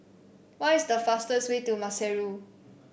what is the fastest way to Maseru